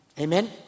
Amen